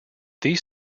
these